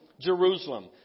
Jerusalem